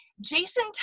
Jason